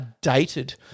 dated